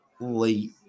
late